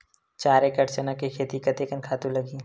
चार एकड़ चना के खेती कतेकन खातु लगही?